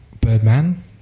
Birdman